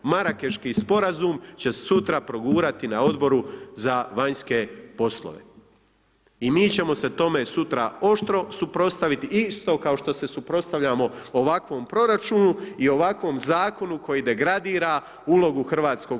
Marakeški Sporazum će sutra progurati na Odboru za vanjske poslove i mi ćemo se tome sutra oštro suprotstaviti isto kao što se suprotstavljamo ovakvom proračunu i ovakvom Zakonu koji degradira ulogu HS-a.